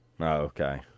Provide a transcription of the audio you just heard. Okay